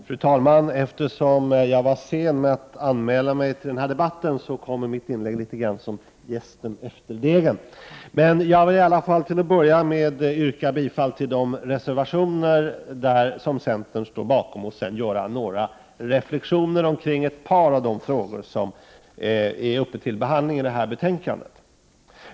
Fru talman! Eftersom jag var sen att anmäla mig till den här debatten kommer mitt inlägg litet grand som jästen efter degen. Låt mig dock först yrka bifall till de reservationer som centern står bakom och därefter göra några reflexioner kring ett par av de frågor som behandlas i föreliggande betänkande.